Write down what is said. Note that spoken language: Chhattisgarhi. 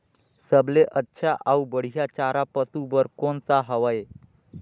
सबले अच्छा अउ बढ़िया चारा पशु बर कोन सा हवय?